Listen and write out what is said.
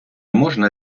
можна